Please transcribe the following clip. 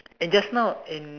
and just now and